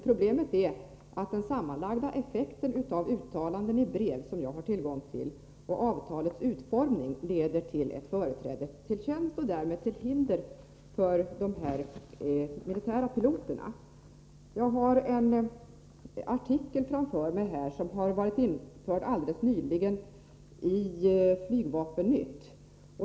Problemet är emellertid att den sammanlagda effekten av uttalanden i brev som jag har tillgång till och avtalets utformning leder till ett företräde till tjänst, och därmed till hinder för de militära piloterna. Jag har framför mig en artikel som alldeles nyligen har varit införd i Flygvapen-Nytt.